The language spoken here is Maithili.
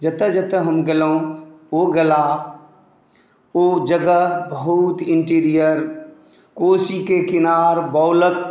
जतऽ जतऽ हम गेलहुँ ओ गेला ओ जगह बहुत इन्टीरियर कोशीके किनार बौलक